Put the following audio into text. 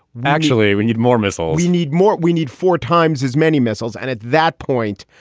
actually, we need more missiles. we need more. we need four times as many missiles. and at that point,